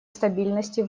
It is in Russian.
стабильности